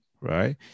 right